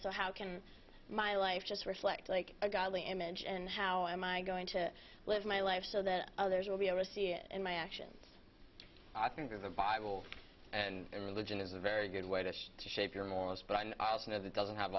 so how can my life just reflect like a godly image and how am i going to live my life so that others will be able to see it in my actions i think of the bible and religion is a very good way to shape your morals but i also know that doesn't have